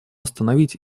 остановить